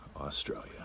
Australia